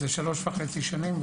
3.5 שנים.